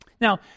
Now